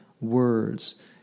words